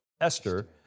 Esther